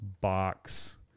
box